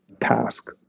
task